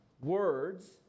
words